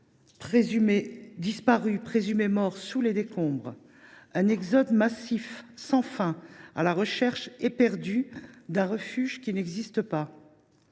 disparus présumés morts sous les décombres, un exode massif sans fin à la recherche éperdue d’un refuge qui n’existe pas.